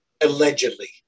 Allegedly